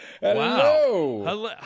Hello